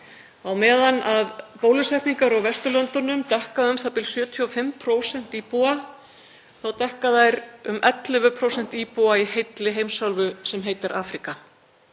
Á meðan bólusetningar á Vesturlöndunum dekka u.þ.b. 75% íbúa, þá dekka þær um 11% íbúa í heilli heimsálfu sem heitir Afríka.